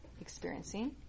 experiencing